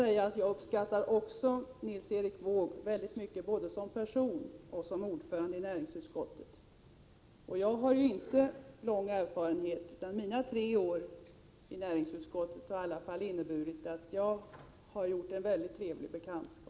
Även jag uppskattar Nils Erik Wååg mycket både som person och som ordförande i näringsutskottet. Inte heller jag har någon lång erfarenhet, men mina tre år i näringsutskottet har i alla fall lett till att jag har gjort en mycket trevlig bekantskap.